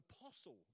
apostle